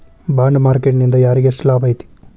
Bond market ನಿಂದಾ ಯಾರಿಗ್ಯೆಷ್ಟ್ ಲಾಭೈತಿ?